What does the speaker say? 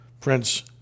Prince